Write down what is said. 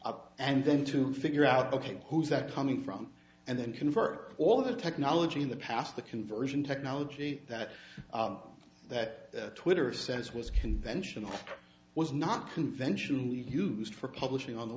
up and then to figure out ok who's that coming from and then convert all the technology in the past the conversion technology that that twitter says was conventional was not conventionally used for publishing on the